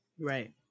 Right